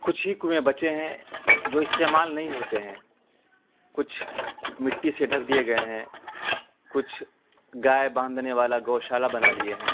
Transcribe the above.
کچھ ہی کنویں بچے ہیں جو استعمال نہیں ہوتے ہیں کچھ مٹی سے ڈھک دیے گئے ہیں کچھ گائے باندھنے والا گئو شالا بنا لیے ہیں